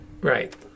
Right